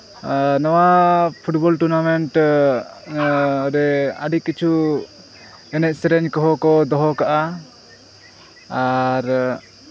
ᱟᱨ ᱱᱚᱣᱟ football tournament ᱨᱮ ᱟᱹᱰᱤ ᱠᱤᱪᱷᱩ ᱮᱱᱮᱡᱽ ᱥᱮᱨᱮᱧ ᱠᱚᱦᱚᱸ ᱠᱚ ᱫᱚᱦᱚ ᱠᱟᱜᱼᱟ ᱟᱨ